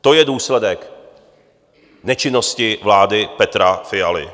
To je důsledek nečinnosti vlády Petra Fialy.